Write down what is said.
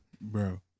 bro